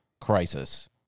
crisis